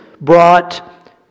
brought